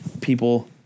people